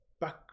Back